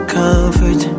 comfort